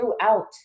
throughout